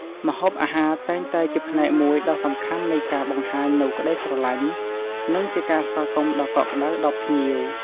ម្ហូបអាហារតែងតែជាផ្នែកមួយដ៏សំខាន់នៃការបង្ហាញនូវក្តីស្រឡាញ់ និងជាការស្វាគមន៍ដ៏កក់ក្ដៅដល់ភ្ញៀវ។